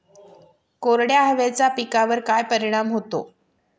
कोरड्या हवेचा पिकावर काय परिणाम होतो?